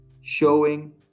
showing